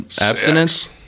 Abstinence